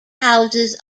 houses